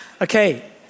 Okay